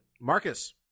Marcus